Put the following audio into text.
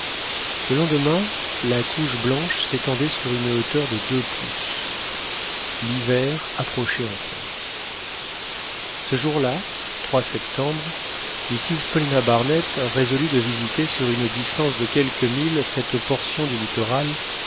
le lendemain la couche blanche s'étendait sur une hauteur de deux pouces l'hiver approchait enfin ce jour-là septembre mrs paulina barnett résolut de visiter sur une distance de quelques milles cette portion du littoral